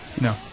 No